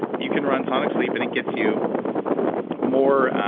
you can run sonic sleep, and it gets you more,